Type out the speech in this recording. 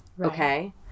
Okay